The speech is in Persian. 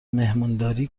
مهمونداری